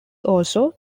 also